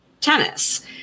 tennis